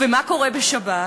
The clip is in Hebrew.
ומה קורה בשבת?